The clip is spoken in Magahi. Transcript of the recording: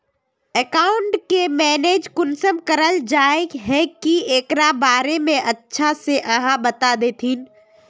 अकाउंट के मैनेज कुंसम कराल जाय है की एकरा बारे में अच्छा से आहाँ बता देतहिन?